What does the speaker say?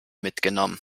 mitgenommen